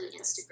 Instagram